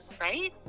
right